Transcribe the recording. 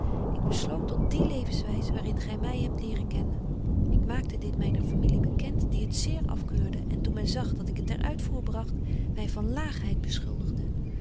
ik besloot tot die levenswys waar in gy my hebt leren kennen ik maakte dit myner familie bekent die het zeer afkeurde en toen men zag dat ik het ter uitvoer bragt my van laagheid beschuldigde